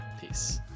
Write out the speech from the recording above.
peace